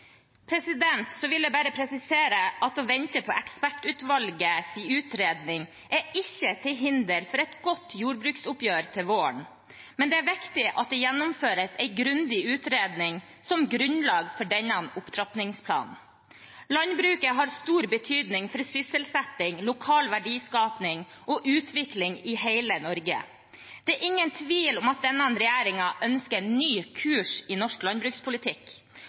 Så vil jeg bare presisere at å vente på ekspertutvalgets utredning ikke er til hinder for et godt jordbruksoppgjør til våren, men det er viktig at det gjennomføres en grundig utredning som grunnlag for denne opptrappingsplanen. Landbruket har stor betydning for sysselsetting, lokal verdiskaping og utvikling i hele Norge. Det er ingen tvil om at denne regjeringen ønsker en ny kurs i norsk landbrukspolitikk,